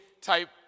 type